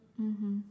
mmhmm